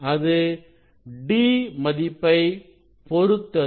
அது d மதிப்பை பொருத்தது